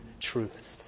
truth